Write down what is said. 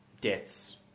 deaths